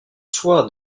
soi